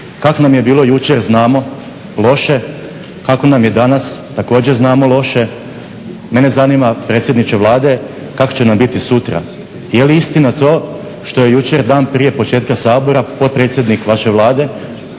Kako nam je bilo jučer znamo, loše. Kako nam je danas, također znamo loše. Mene zanima predsjedniče Vlade kak' će nam biti sutra? Je li istina to što je jučer dan prije početka Sabora potpredsjednik vaše Vlade,